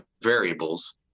variables